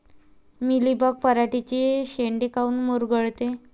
Mealybug पराटीचे चे शेंडे काऊन मुरगळते?